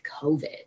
COVID